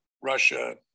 Russia